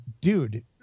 dude